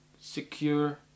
secure